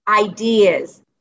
ideas